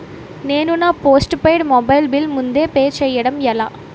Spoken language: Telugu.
నేను నా పోస్టుపైడ్ మొబైల్ బిల్ ముందే పే చేయడం ఎలా?